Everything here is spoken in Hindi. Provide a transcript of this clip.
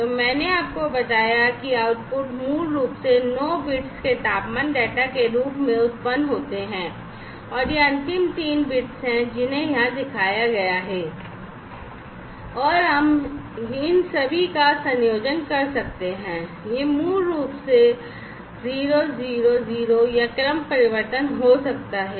तो मैंने आपको बताया कि आउटपुट मूल रूप से 9 bits के तापमान डेटा के रूप में उत्पन्न होते हैं और ये अंतिम तीन bits हैं जिन्हें यहां दिखाया गया है और हम इन सभी का संयोजन कर सकते हैं यह मूल रूप से 000 या क्रम परिवर्तन हो सकता है